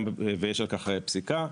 ויש על כך פסיקה,